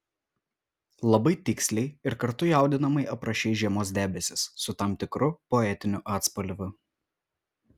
labai tiksliai ir kartu jaudinamai aprašei žiemos debesis su tam tikru poetiniu atspalviu